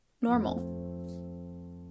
normal